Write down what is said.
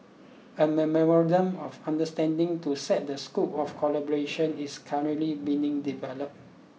a memorandum of understanding to set the scope of collaboration is currently being developed